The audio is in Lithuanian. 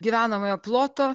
gyvenamojo ploto